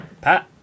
Pat